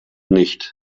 nicht